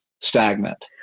stagnant